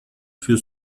für